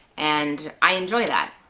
and i enjoy that.